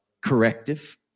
corrective